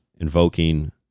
invoking